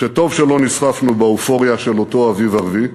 שטוב שלא נסחפנו באופוריה של אותו אביב ערבי,